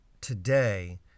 today